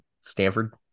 Stanford